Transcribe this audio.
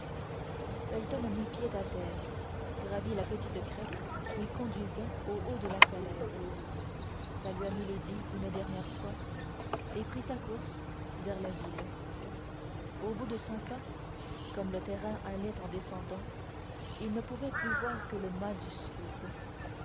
felton mit pied à terre gravit la petite crête qui conduisait au haut de la falaise salua milady une dernière fois et prit sa course vers la ville au bout de cent pas comme le terrain allait en descendant il ne pouvait plus voir que le mât du